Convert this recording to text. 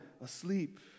asleep